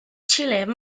chile